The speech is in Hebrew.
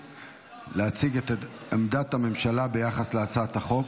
להציג את עמדת הממשלה ביחס להצעת החוק.